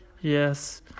yes